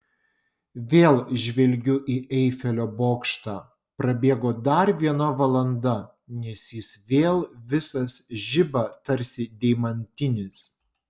vėl žvelgiu į eifelio bokštą prabėgo dar viena valanda nes jis vėl visas žiba tarsi deimantinis